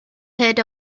heard